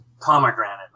pomegranate